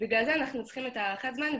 בגלל זה אנחנו צריכים את הארכת הזמן.